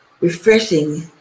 refreshing